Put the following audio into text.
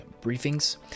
Briefings